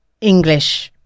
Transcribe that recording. English